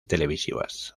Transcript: televisivas